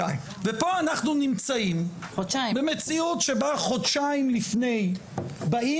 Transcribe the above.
ופה אנחנו נמצאים במציאות שבה חודשיים לפני באים